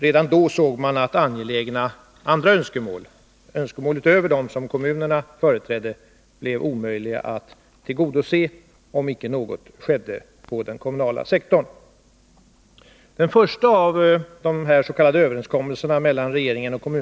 Redan då såg man att andra angelägna önskemål, dvs. önskemål utöver dem som kommunerna företräder, skulle bli omöjliga att tillgodose, om icke något skedde på den kommunala sektorn.